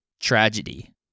tragedy